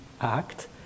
act